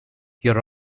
here